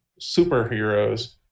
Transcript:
Superheroes